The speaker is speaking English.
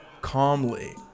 calmly